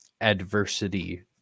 adversity